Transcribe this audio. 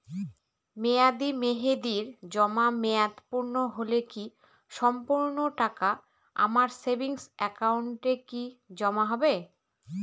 মেয়াদী মেহেদির জমা মেয়াদ পূর্ণ হলে কি সম্পূর্ণ টাকা আমার সেভিংস একাউন্টে কি জমা হবে?